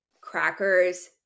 crackers